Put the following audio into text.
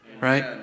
right